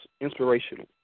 inspirational